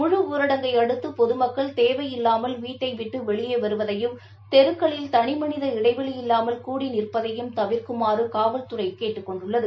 முழுஊரடங்கை அடுத்து பொதுமக்கள் தேவையில்லாமல் வீட்டைவிட்டு வெளியே வருவதையும் தெருக்களில் தனிமனித இடைவெளி இல்லாமல் கூடி நிற்பதையும் தவிர்க்குமாறு காவல்துறை கேட்டுக் கொண்டுள்ளது